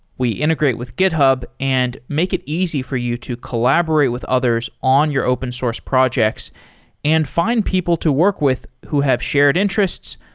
we integrate with github and make it easy for you to collaborate with others on your open source projects and find people to work with who have shared interests,